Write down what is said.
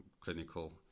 clinical